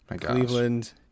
Cleveland